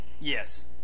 Yes